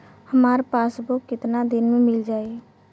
हमार पासबुक कितना दिन में मील जाई?